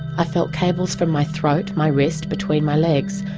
i felt cables from my throat, my wrist, between my legs.